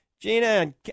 Gina